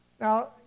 Now